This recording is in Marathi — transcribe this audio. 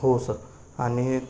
हो सर आणि